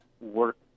work